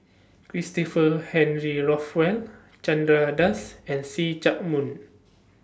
Christopher Henry Rothwell Chandra Das and See Chak Mun